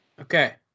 Okay